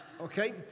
Okay